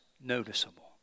noticeable